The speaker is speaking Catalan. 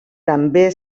també